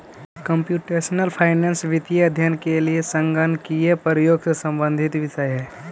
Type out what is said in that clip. computational finance वित्तीय अध्ययन के लिए संगणकीय प्रयोग से संबंधित विषय है